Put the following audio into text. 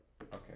Okay